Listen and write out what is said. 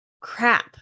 crap